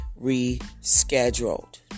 rescheduled